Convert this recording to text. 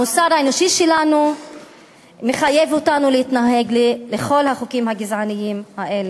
המוסר האנושי שלנו מחייב אותנו להתנגד לכל החוקים הגזעניים האלה.